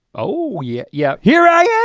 oh, yeah yeah. here i yeah